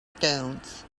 stones